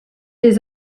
des